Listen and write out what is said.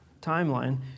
timeline